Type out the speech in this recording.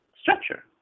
structure